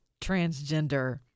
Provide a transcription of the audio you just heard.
transgender